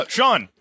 Sean